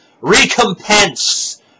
Recompense